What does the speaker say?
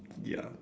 ya